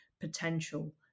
potential